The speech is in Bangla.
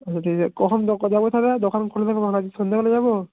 হুম ঠিক আছে কখন যা ক যাবো তাহলে দোকান খুলবেন কখন আজ সন্ধেবেলা যাবো